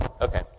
Okay